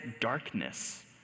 darkness